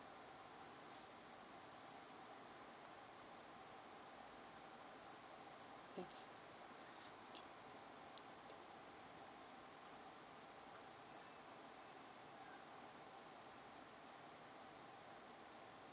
mm